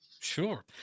sure